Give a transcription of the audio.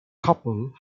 couple